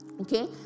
Okay